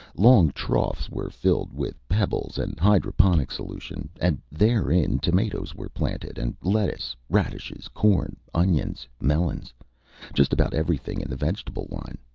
long troughs were filled with pebbles and hydroponic solution. and therein tomatoes were planted, and lettuce, radishes, corn, onions, melons just about everything in the vegetable line.